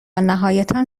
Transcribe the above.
نهایتا